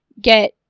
get